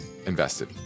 Invested